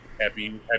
happy